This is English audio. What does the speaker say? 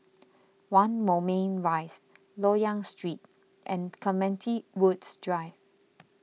one Moulmein Rise Loyang Street and Clementi Woods Drive